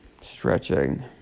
stretching